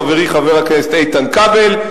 חברי חבר הכנסת איתן כבל,